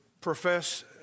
profess